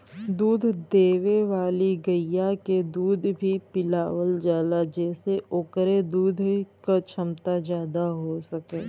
दूध देवे वाली गइया के दूध भी पिलावल जाला जेसे ओकरे दूध क छमता जादा हो सके